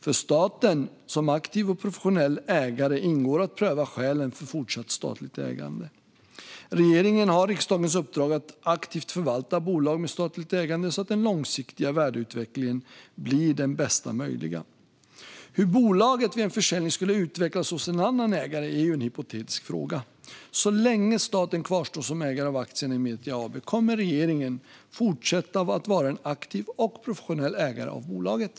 För staten som aktiv och professionell ägare ingår att pröva skälen för fortsatt statligt ägande. Regeringen har riksdagens uppdrag att aktivt förvalta bolag med statligt ägande så att den långsiktiga värdeutvecklingen blir den bästa möjliga. Hur bolaget vid en försäljning skulle utvecklas hos en annan ägare är en hypotetisk fråga. Så länge staten kvarstår som ägare av aktierna i Metria AB kommer regeringen att fortsätta att vara en aktiv och professionell ägare av bolaget.